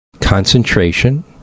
Concentration